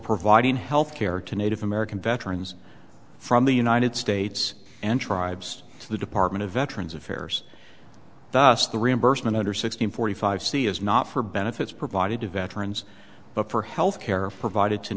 providing health care to native american veterans from the united states and tribes to the department of veterans affairs thus the reimbursement under sixteen forty five c is not for benefits provided to veterans but for health care provided to